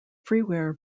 freeware